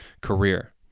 career